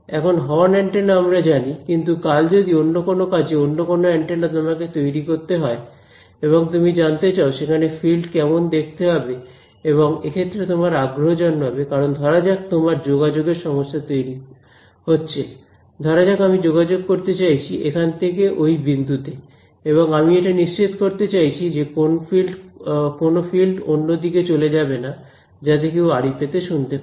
এখন horn antenna আমরা জানি কিন্তু কাল যদি অন্য কোন কাজে অন্য কোন অ্যান্টেনা তোমাকে তৈরি করতে হয় এবং তুমি জানতে চাও সেখানে ফিল্ড কেমন দেখতে হবে এবং এক্ষেত্রে তোমার আগ্রহ জন্মাবে কারণ ধরা যাক তোমার যোগাযোগের সমস্যা তৈরি হচ্ছে ধরা যাক আমি যোগাযোগ করতে চাইছি এখান থেকে ওই বিন্দুতে এবং আমি এটা নিশ্চিত করতে চাইছি যে কোনো ফিল্ড অন্যদিকে চলে যাবে না যাতে কেউ আড়ি পেতে শুনতে পারে